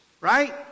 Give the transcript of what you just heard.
right